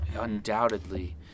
undoubtedly